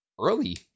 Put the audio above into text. early